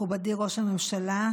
מכובדי ראש הממשלה,